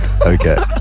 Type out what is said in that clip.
Okay